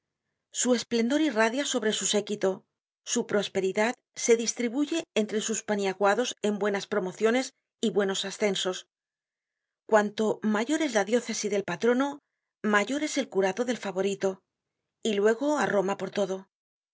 su esplendor irradia sobre su séquito su prosperidad se distribuye entre sus paniaguados en buenas promociones y buenos ascensos cuanto mayor es la diócesi del patrono mayor es el curato del favorito y luego á roma por todo